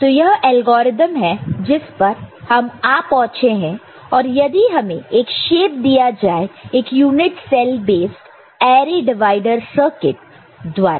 तो यह एल्गोरिदम है जिस पर हम आ पहुंचे हैं और यदि हमें एक शेप दिया जाए एक यूनिट सेल बेस अरे डिवाइडर सर्किट द्वारा